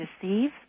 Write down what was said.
deceive